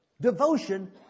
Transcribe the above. devotion